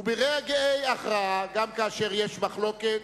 וברגעי ההכרעה, גם כאשר יש מחלוקת,